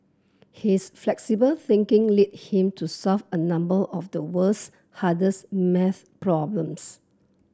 his flexible thinking lead him to solve a number of the world's hardest maths problems